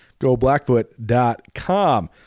goblackfoot.com